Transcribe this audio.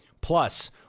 Plus